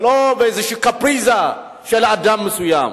זו לא קפריזה של אדם מסוים,